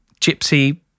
gypsy